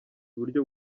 uburyo